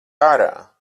ārā